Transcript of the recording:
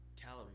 calorie